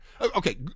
Okay